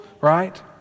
right